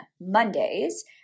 Mondays